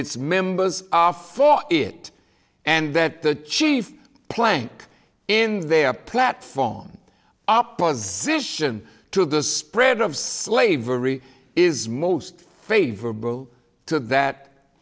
its members are for it and that the chief plank in their platform opposition to the spread of slavery is most favorable to that